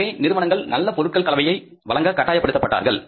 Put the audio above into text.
எனவே நிறுவனங்கள் நல்ல பொருட்கள் கலவையை வழங்க கட்டாயப் படுத்தப் பட்டார்கள்